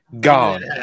gone